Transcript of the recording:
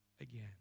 again